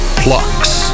plucks